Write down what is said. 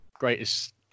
Greatest